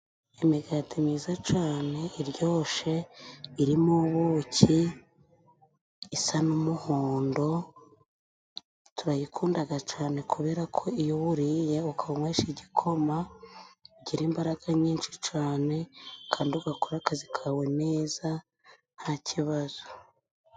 Imigati myiza cane iryoshe, irimo ubuki, isa n'umuhondo, turayikundaga cane kubera ko iyo uwuriye ukawunywesha igikoma, ugira imbaraga nyinshi cane kandi ugakora akazi kawe neza ntakibazo.